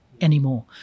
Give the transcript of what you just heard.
Anymore